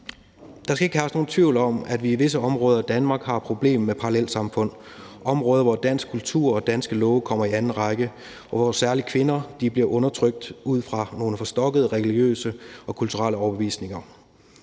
Der skal ikke herske nogen tvivl om, at vi i visse områder af Danmark har problemer med parallelsamfund – områder, hvor dansk kultur og danske love kommer i anden række, og hvor særlig kvinder bliver undertrykt ud fra nogle forstokkede religiøse og kulturelle overbevisninger.